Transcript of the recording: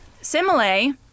Simile